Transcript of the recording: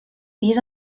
pis